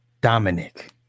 Dominic